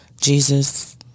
Jesus